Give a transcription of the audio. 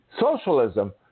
socialism